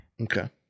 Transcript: Okay